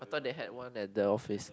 I thought they had one at the office